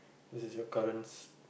this is your currents